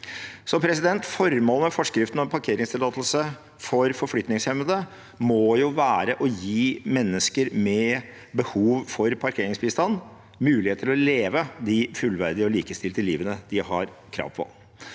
kroniske skader. Formålet med forskriften om parkeringstillatelse for forflytningshemmede må være å gi mennesker med behov for parkeringsbistand mulighet til å leve det fullverdige og likestilte livet de har krav på.